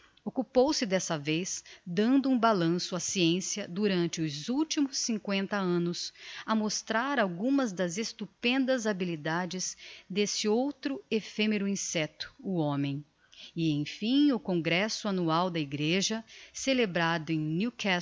abelhas occupou se d'esta vez dando um balanço á sciencia durante os ultimos cincoenta annos a mostrar algumas das estupendas habilidades d'esse outro ephemero insecto o homem e emfim o congresso annual da egreja celebrado em